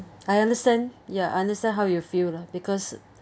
I understand ya I understand how you feel lah because